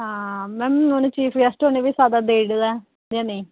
ma'am उनें chief guest होरें गी बी साद्दा देई ओड़े दा ऐ जां नेईं